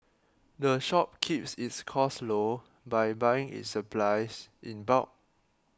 the shop keeps its costs low by buying its supplies in bulk